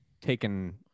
taken